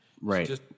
Right